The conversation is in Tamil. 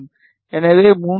எனவே 3